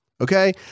okay